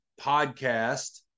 podcast